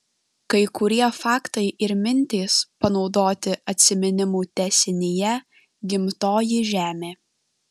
kai kurie faktai ir mintys panaudoti atsiminimų tęsinyje gimtoji žemė